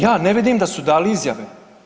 Ja ne vidim da su dali izjave.